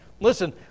Listen